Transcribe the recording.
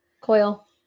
Coil